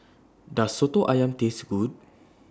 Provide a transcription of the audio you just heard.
Does Soto Ayam Taste Good